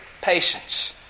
patience